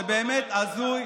זה באמת הזוי.